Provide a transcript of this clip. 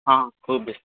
हँ खूब